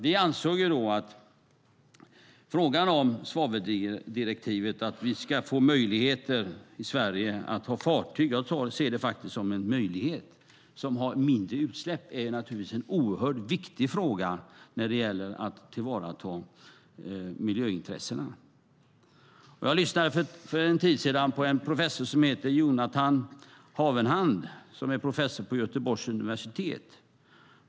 Vi ansåg i frågan om svaveldirektivet att vi ska få möjlighet - jag ser det faktiskt som en möjlighet - i Sverige att ha fartyg med mindre utsläpp, och det är naturligtvis en oerhört viktig fråga när det gäller att tillvarata miljöintressena. Jag lyssnade för en tid sedan på professor Jonathan Havenhand vid Göteborgs universitet.